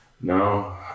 No